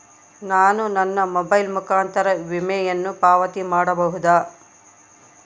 ನಾನು ನನ್ನ ಮೊಬೈಲ್ ಮುಖಾಂತರ ವಿಮೆಯನ್ನು ಪಾವತಿ ಮಾಡಬಹುದಾ?